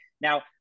Now